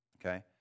okay